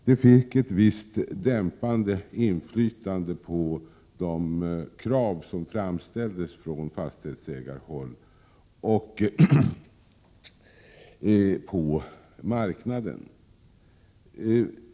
Det fick ett visst dämpande inflytande på de krav som framställdes från fastighetsägarhåll och på marknaden.